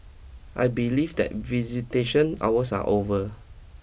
I believe that visitation hours are over